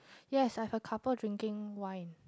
yes I have a couple of drinking wine